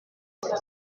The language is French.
les